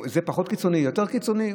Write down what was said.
זה פחות קיצוני, יותר קיצוני?